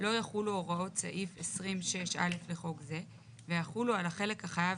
לא יחולו הוראות סעיף 20.6 (א') לחוק זה ויחולו על החלק החייב